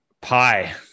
pie